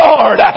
Lord